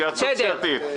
התייעצות סיעתית.